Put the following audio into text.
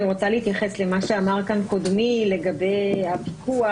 אני רוצה להתייחס למה שאמר כאן קודמי לגבי הוויכוח